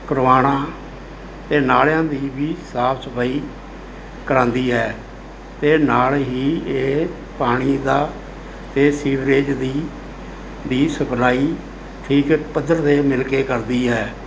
ਕਰਵਾਉਣਾ ਅਤੇ ਨਾਲਿਆਂ ਦੀ ਵੀ ਸਾਫ਼ ਸਫਾਈ ਕਰਵਾਉਂਦੀ ਹੈ ਅਤੇ ਨਾਲ ਹੀ ਇਹ ਪਾਣੀ ਦਾ ਇਹ ਸੀਵਰੇਜ ਦੀ ਵੀ ਸਪਲਾਈ ਠੀਕ ਪੱਧਰ ਦੇ ਮਿਲ ਕੇ ਕਰਦੀ ਹੈ